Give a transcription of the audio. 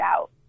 out